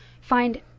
find